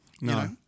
No